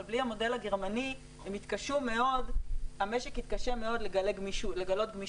ובלי המודל הגרמני המשק יתקשה מאוד לגלות גמישות,